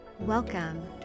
Welcome